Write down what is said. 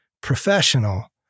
professional